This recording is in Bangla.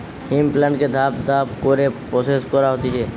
হেম্প প্লান্টকে ধাপ ধাপ করে প্রসেস করা হতিছে